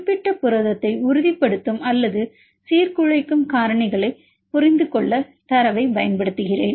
குறிப்பிட்ட புரதத்தை உறுதிப்படுத்தும் அல்லது சீர்குலைக்கும் காரணிகளைப் புரிந்துகொள்ள தரவைப் பயன்படுத்துகிறேன்